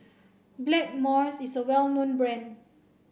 Blackmores is a well known brand